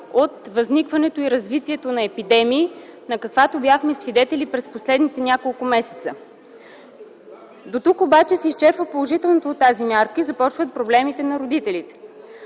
от възникването и развитието на епидемии, на каквато бяхме свидетели през последните няколко месеца. Дотук обаче се изчерпва положителното от тази мярка и започват проблемите на родителите.